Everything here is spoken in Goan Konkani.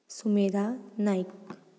सुमेघा नायक